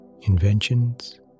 inventions